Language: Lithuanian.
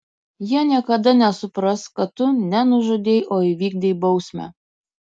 jie niekada nesupras kad tu ne nužudei o įvykdei bausmę